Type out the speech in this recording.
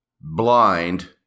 blind